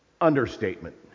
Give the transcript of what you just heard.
understatement